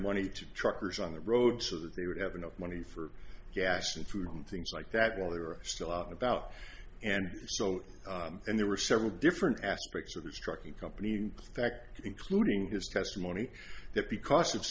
money to truckers on the road so that they would have enough money for gas and food and things like that well they were still out about and so and there were several different aspects of this trucking company in fact including his testimony that because of